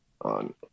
on